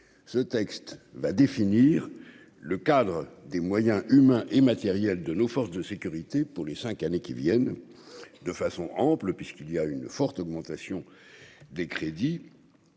ce texte va définir le cadre des moyens humains et matériels de nos forces de sécurité pour les 5 années qui viennent de façon ample puisqu'il y a une forte augmentation des crédits